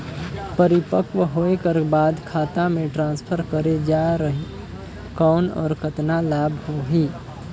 परिपक्व होय कर बाद खाता मे ट्रांसफर करे जा ही कौन और कतना लाभ होही?